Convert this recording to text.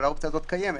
אבל האופציה הזו קיימת,